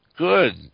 Good